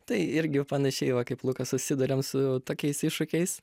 tai irgi jau panašiai va kaip lukas susiduriam su tokiais iššūkiais